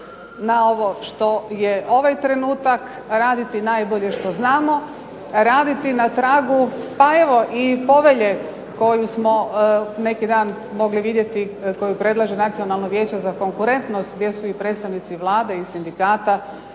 na ovo što je ovaj trenutak, raditi najbolje što znamo, raditi na tragu pa evo i povelje koju smo neki dan mogli vidjeti, koju predlaže Nacionalno vijeće za konkurentnost gdje su i predstavnici i Vlade i sindikata,